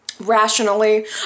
Rationally